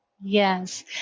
Yes